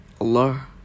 Allah